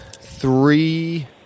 three